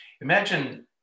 Imagine